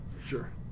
Sure